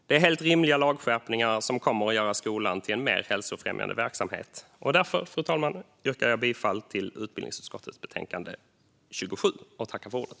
Det är helt rimliga lagskärpningar som kommer att göra skolan till en mer hälsofrämjande verksamhet. Därför, fru talman, yrkar jag bifall till förslaget i utbildningsutskottets betänkande 27 och tackar för ordet.